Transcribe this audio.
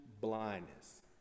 blindness